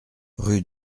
rue